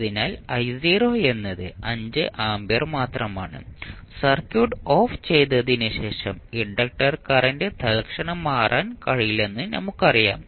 അതിനാൽ I0 എന്നത് 5 ampere മാത്രമാണ് സർക്യൂട്ട് ഓഫ് ചെയ്തതിനുശേഷവും ഇൻഡക്റ്റർ കറന്റ് തൽക്ഷണം മാറ്റാൻ കഴിയില്ലെന്ന് നമുക്കറിയാം